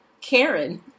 Karen